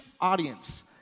audience